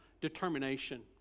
determination